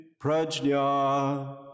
Prajna